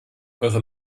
eure